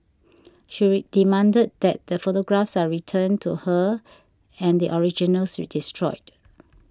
she demanded that the photographs are returned to her and the originals destroyed